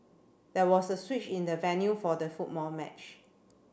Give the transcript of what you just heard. there was a switch in the venue for the football match